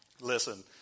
Listen